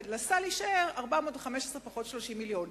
ולסל יישאר 415 פחות 30 מיליון.